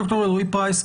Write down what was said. ד"ר אלרעי-פרייס,